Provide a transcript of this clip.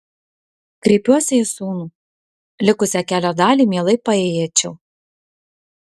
kreipiuosi į sūnų likusią kelio dalį mielai paėjėčiau